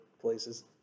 places